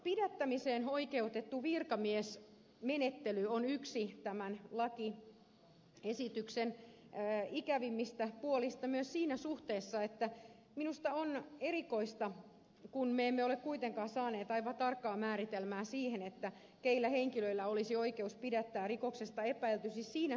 pidättämiseen oikeutettu virkamiesmenettely on yksi tämän lakiesityksen ikävimmistä puolista myös siinä suhteessa että minusta on erikoista kun me emme ole kuitenkaan saaneet aivan tarkkaa määritelmää siihen keillä henkilöillä olisi oikeus pidättää rikoksesta epäilty si siinä